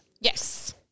Yes